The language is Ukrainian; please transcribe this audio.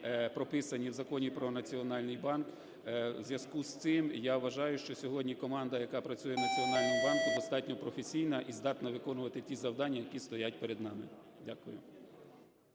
прописані в Законі про Національний банк. У зв'язку з цим, я вважаю, що сьогодні команда, яка працює в Національному банку, достатньо професійна і здатна виконувати ті завдання, які стоять перед нами. Дякую.